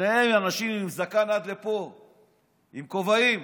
שניהם אנשים עם זקן עד פה ועם כובעים.